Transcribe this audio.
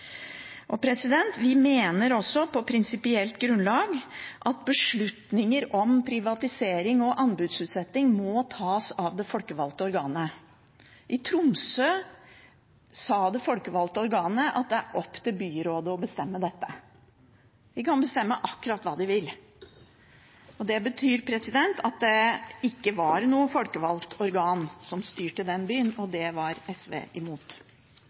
Vi mener også, på prinsipielt grunnlag, at beslutninger om privatisering og anbudsutsetting må tas av det folkevalgte organet. I Tromsø sa det folkevalgte organet at det er opp til byrådet å bestemme dette, at de kunne bestemme akkurat hva de ville. Det betyr at det ikke var et folkevalgt organ som styrte den byen, og det var SV imot.